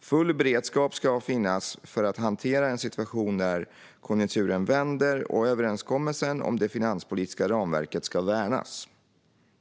Full beredskap ska finnas för att hantera en situation där konjunkturen vänder, och överenskommelsen om det finanspolitiska ramverket ska värnas.